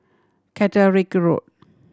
Caterick Road